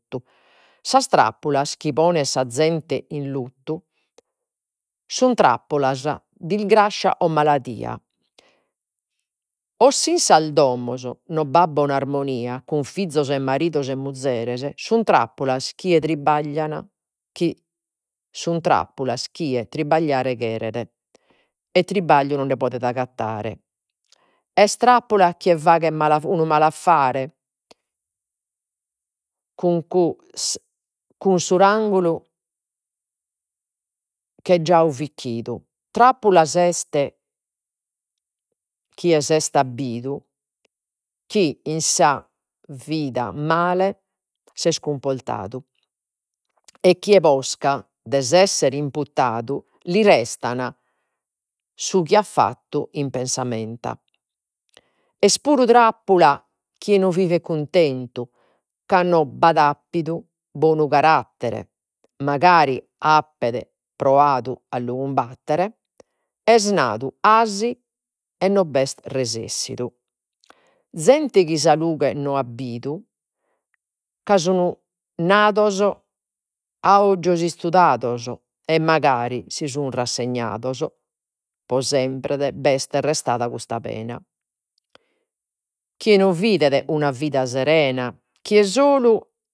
sas trappulas chi ponen sa zente in luttu sun trappulas, dilgrassia o maladia o si in sas domos no b'at bona armonia, cun fizos e maridos e muzeres. Sun trappulas chie tribaglian sun trappulas chie tribagliare cheret e trabagliu no podet agattare, est trappula chie faghet unu malaffare cun cun su rangulu che giau ficchidu. Trappulas est chie si est abbidu, chi in sa vida male si est cumportadu, e chie posca de si essere imputadu, li restan su chi at fattu in pensamenta. Est puru trappula chie no vivet cuntentu ca no b'at appidu bonu carattere magari appet proadu a lu cumbattere, est nadu 'asi e no b'est resessidu. Zente chi sa lughe no an bidu ca nados a ojos istudados, e magari si sian rassignados pro sempre b'est restada cussa pena. Chie non una vida serena chie solu